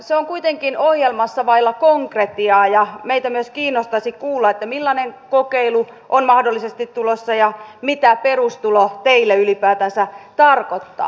se on kuitenkin ohjelmassa vailla konkretiaa ja meitä myös kiinnostaisi kuulla millainen kokeilu on mahdollisesti tulossa ja mitä perustulo teille ylipäätänsä tarkoittaa